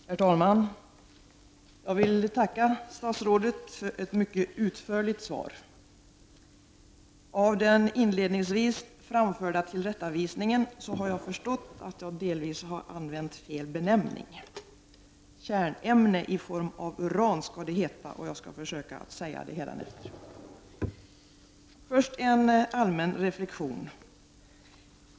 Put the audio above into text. Herr talman! Jag vill tacka statsrådet för ett mycket utförligt svar. Av den inledningsvis framförda tillrättavisningen har jag förstått att jag delvis använt fel benämning. Kärnämne i form av uran skall det heta, och jag skall försöka säga det hädanefter. Först en allmän reflexion.